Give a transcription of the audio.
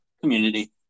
community